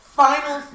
final